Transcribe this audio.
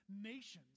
nations